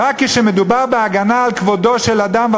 ורק כשמדובר בהגנה על כבודו של אדם או